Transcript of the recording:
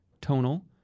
tonal